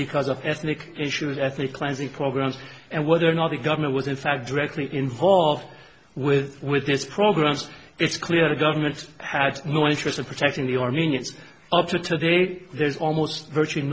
because of ethnic issues ethnic cleansing programs and whether or not the government would in fact directly involved with with this programs it's clear the government had no interest in protecting the or mean it's up to today there's almost virtually